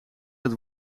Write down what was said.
dat